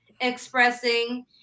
expressing